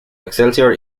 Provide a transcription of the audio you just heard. excelsior